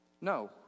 No